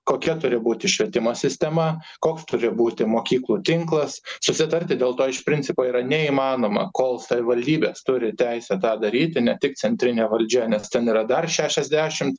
kokia turi būti švietimo sistema koks turi būti mokyklų tinklas susitarti dėl to iš principo yra neįmanoma kol savivaldybės turi teisę tą daryti ne tik centrinė valdžia nes ten yra dar šešiasdešimt